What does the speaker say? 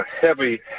heavy